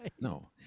No